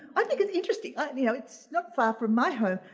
i think it's interesting, um and you know, it's not far from my home.